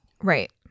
Right